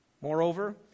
Moreover